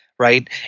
Right